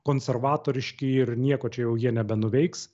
konservatoriški ir nieko čia jau jie nebenuveiks